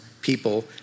people